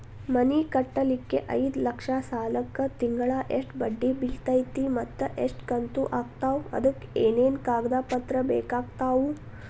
ಮನಿ ಕಟ್ಟಲಿಕ್ಕೆ ಐದ ಲಕ್ಷ ಸಾಲಕ್ಕ ತಿಂಗಳಾ ಎಷ್ಟ ಬಡ್ಡಿ ಬಿಳ್ತೈತಿ ಮತ್ತ ಎಷ್ಟ ಕಂತು ಆಗ್ತಾವ್ ಅದಕ ಏನೇನು ಕಾಗದ ಪತ್ರ ಬೇಕಾಗ್ತವು?